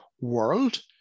world